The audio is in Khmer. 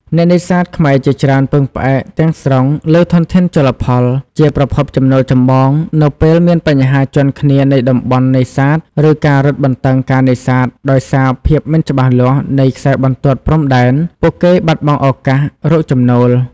អ្នកនេសាទខ្មែរជាច្រើនពឹងផ្អែកទាំងស្រុងលើធនធានជលផលជាប្រភពចំណូលចម្បង នៅពេលមានបញ្ហាជាន់គ្នានៃតំបន់នេសាទ ឬការរឹតបន្តឹងការនេសាទដោយសារភាពមិនច្បាស់លាស់នៃខ្សែបន្ទាត់ព្រំដែន ពួកគេបាត់បង់ឱកាសរកចំណូល។